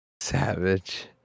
Savage